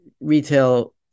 retail